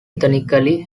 ethnically